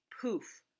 poof